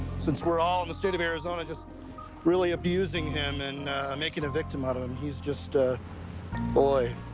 since we're all in the state of arizona, just really abusing him, and making a victim out of him. he's just ah boy,